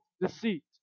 deceit